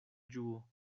ĝuo